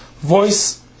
voice